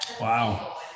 Wow